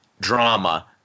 drama